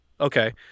okay